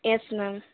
yes ma'am